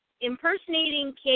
impersonating